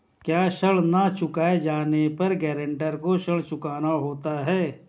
क्या ऋण न चुकाए जाने पर गरेंटर को ऋण चुकाना होता है?